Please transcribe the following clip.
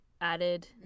added